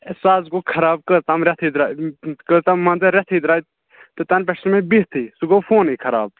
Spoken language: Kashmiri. اے سُہ حظ گوٚو خراب کٔژتام رٮ۪تھٕے درٛا کٔژتام مان ژٕ رٮ۪تھٕے درٛاے تہٕ تَنہٕ پٮ۪ٹھ چھِ مےٚ بِہتٕے سُہ گوٚو فونٕے خراب